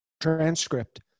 transcript